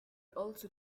also